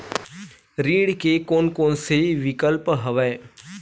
ऋण के कोन कोन से विकल्प हवय?